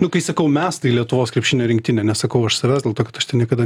nu kai sakau mes tai lietuvos krepšinio rinktinė nesakau aš savęs dėl to kad aš ten niekada